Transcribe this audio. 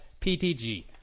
ptg